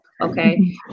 okay